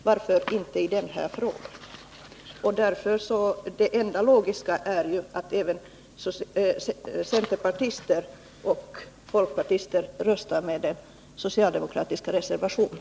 Varför inte i den här frågan? Det enda logiska är ju att även centerpartister och folkpartister röstar för bifall till den socialdemokratiska reservationen.